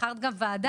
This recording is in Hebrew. בחרת גם ועדה,